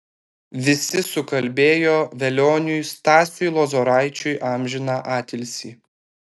visi sukalbėjo velioniui stasiui lozoraičiui amžiną atilsį